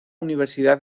universidad